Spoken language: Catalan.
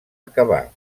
acabar